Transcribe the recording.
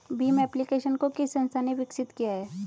Bhim application को किस संस्था ने विकसित किया है?